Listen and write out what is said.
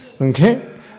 Okay